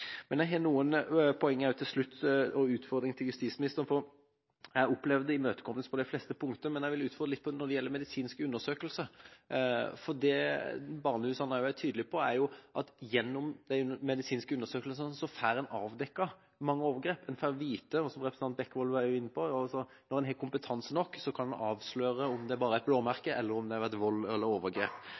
men jeg vil utfordre litt når det gjelder medisinske undersøkelser. Det barnehusene også er tydelige på, er at en gjennom de medisinske undersøkelsene får avdekket mange overgrep – en får vite. Som representanten Bekkevold også var inne på, når en har kompetanse nok, kan en avsløre om det bare er et blåmerke eller om det har vært vold eller overgrep.